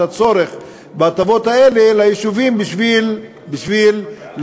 את הצורך בהטבות האלה ליישובים בשביל להחזיק